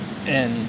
and